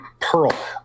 Pearl